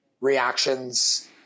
reactions